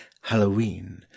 Halloween